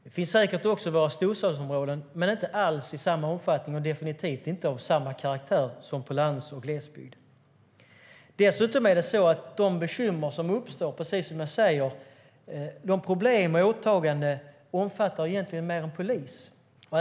Det finns säkert också i våra storstadsområden, men inte alls i samma omfattning, och definitivt inte av samma karaktär som på landet och i glesbygd. För det andra är detta problem som omfattar andra åtaganden än bara polisens.